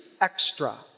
extra